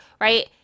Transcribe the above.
right